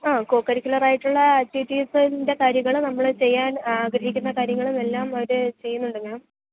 ആ കോക്കരിക്കുലറായിട്ടുള്ള ആക്റ്റിവിറ്റീസിൻ്റെ കാര്യങ്ങൾ നമ്മൾ ചെയ്യാൻ ആഗ്രഹിക്കുന്ന കാര്യങ്ങളുമെല്ലാം അവർ ചെയ്യുന്നുണ്ട് മാം